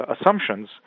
assumptions